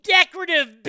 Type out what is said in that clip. Decorative